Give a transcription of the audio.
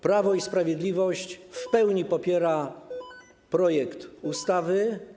Prawo i Sprawiedliwość w pełni popiera projekt ustawy.